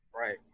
Right